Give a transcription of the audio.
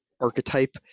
archetype